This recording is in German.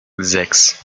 sechs